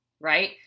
Right